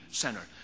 center